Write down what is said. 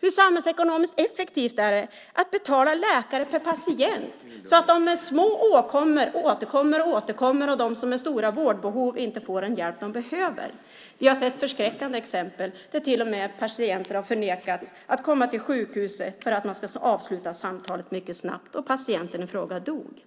Hur samhällsekonomiskt effektivt är det att betala läkare per patient så att de som har små åkommor återkommer och återkommer och så att de som har stora vårdbehov inte får den hjälp som de behöver? Vi har sett förskräckande exempel där patienter till och med har nekats att få komma till sjukhuset för att samtalet ska avslutas mycket snabbt, och patienten i fråga dog.